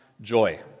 joy